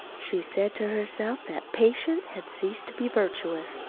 she said to herself that patience had ceased to be virtuous,